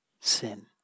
sin